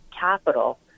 capital